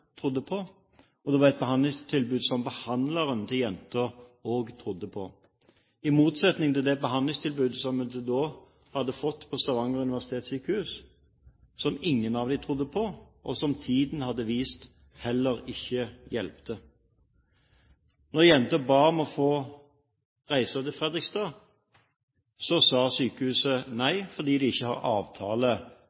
trodde på, og det var et behandlingstilbud som behandleren til jenta også trodde på – i motsetning til det behandlingstilbudet hun til da hadde fått på Stavanger Universitetssjukehus, som ingen av dem trodde på, og som tiden hadde vist heller ikke hjalp. Da jenta ba om å få reise til Fredrikstad, sa sykehuset nei